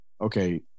okay